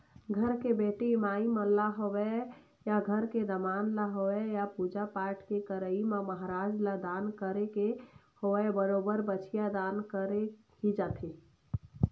घर के बेटी माई मन ल होवय या घर के दमाद ल होवय या पूजा पाठ के करई म महराज ल दान करे के होवय बरोबर बछिया दान करे ही जाथे